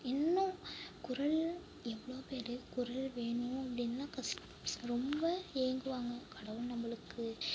என்ன குரல் எவ்வளோ பெரிய குரல் வேணும் அப்படின்னுலாம் ரொம்ப ஏங்குவாங்க கடவுள் நம்மளுக்கு குரல்